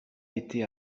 été